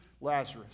Lazarus